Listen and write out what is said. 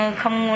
không